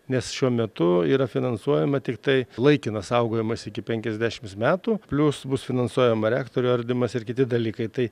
nes šiuo metu yra finansuojama tiktai laikinas saugojimas iki penkiasdešims metų plius bus finansuojama reaktorių ardymas ir kiti dalykai tai